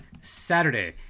Saturday